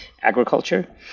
agriculture